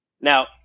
Now